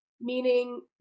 meaning